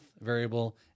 variable